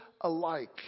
alike